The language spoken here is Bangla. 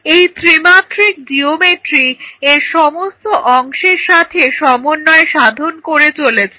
এই ত্রিমাত্রিক জিওমেট্রি এর সমস্ত অংশের সাথে সমন্বয় সাধন করে চলেছে